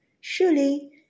Surely